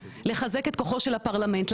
לחזק את כוחו של הפרלמנט,